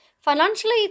Financially